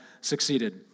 succeeded